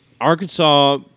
Arkansas –